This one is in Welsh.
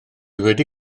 wedi